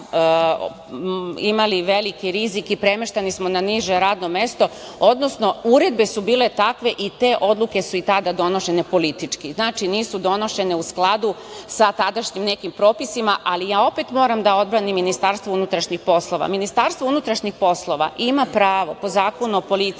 imali veliki rizik i premešteni smo na niže radno mesto, odnosno uredbe su bile takve i te odluke su i tada donošene politički. Znači, nisu donošene u skladu sa tadašnjim nekim propisima. Ipak, ja moram da odbranim MUP, Ministarstvo unutrašnjih poslova ima pravo po Zakonu o policiji